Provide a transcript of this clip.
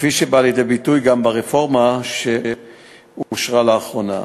כפי שבא לידי ביטוי גם ברפורמה שאושרה לאחרונה.